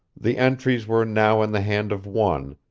the entries were now in the hand of one,